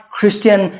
Christian